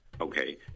okay